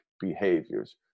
behaviors